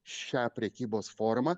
šią prekybos formą